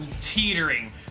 teetering